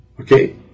Okay